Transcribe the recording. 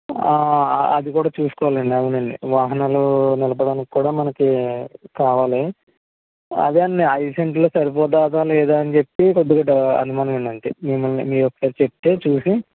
అది కూడా చూసుకోవాలండి అవునండి వాహనాలు నిలిపడానికి కూడా మనకి కావాలి అదే అండి ఐదు సెంట్లు సరిపోతాదా లేదా అనిచెప్పి కొద్దిగా డౌ అనుమానంగా ఉందంతే మిమ్మల్ని మీరొకసారి చెప్తే చూసి